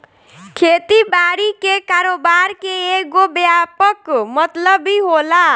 खेती बारी के कारोबार के एगो व्यापक मतलब भी होला